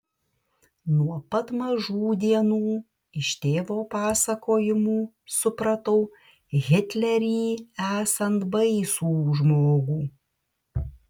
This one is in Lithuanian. nuo pat mažų dienų iš tėvo pasakojimų supratau hitlerį esant baisų žmogų